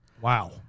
wow